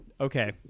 Okay